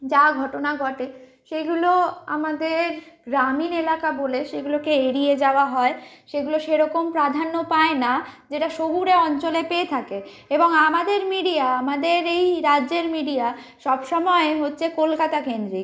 যা ঘটনা ঘটে সেইগুলো আমাদের গ্রামীণ এলাকা বলে সেইগুলোকে এড়িয়ে যাওয়া হয় সেইগুলো সেরকম প্রাধান্য পায় না যেটা শহুরে অঞ্চলে পেয়ে থাকে এবং আমাদের মিডিয়া আমাদের এই রাজ্যের মিডিয়া সব সময় হচ্ছে কলকাতা কেন্দ্রিক